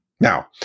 Now